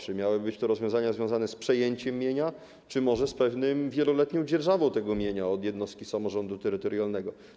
Czy miałyby to być to rozwiązania związane z przejęciem mienia, czy może z wieloletnią dzierżawą mienia od jednostki samorządu terytorialnego?